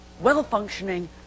well-functioning